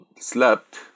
slept